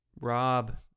Rob